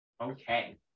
Okay